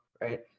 right